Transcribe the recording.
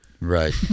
Right